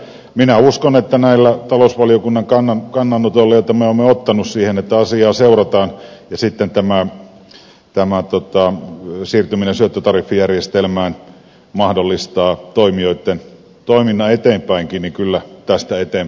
minä uskon että nämä talousvaliokunnan kannanotot joita me olemme ottaneet että asiaa seurataan ja sitten tämä siirtyminen syöttötariffijärjestelmään mahdollistavat toimijoitten toiminnan eteenpäinkin niin että kyllä tästä eteenpäin päästään